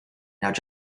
now